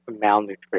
malnutrition